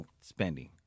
spending